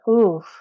oof